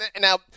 Now